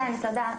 כן, תודה.